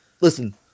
listen